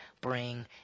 bring